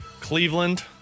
cleveland